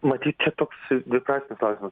matyt čia toks beprasmis klausimas